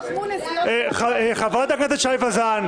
שיח' מוניס לא --- חברת הכנסת שי וזאן,